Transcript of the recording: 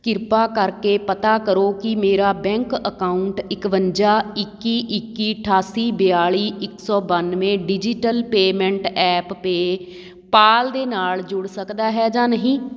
ਕਿਰਪਾ ਕਰਕੇ ਪਤਾ ਕਰੋ ਕਿ ਮੇਰਾ ਬੈਂਕ ਅਕਾਊਂਟ ਇਕਵੰਜਾ ਇੱਕੀ ਇੱਕੀ ਅਠਾਸੀ ਬਿਆਲੀ ਇਕ ਦੋ ਬੱਨਵੇ digital payment app PayPal ਦੇ ਨਾਲ ਜੁੜ ਸਕਦਾ ਹੈ ਜਾਂ ਨਹੀਂ